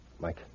Mike